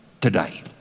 today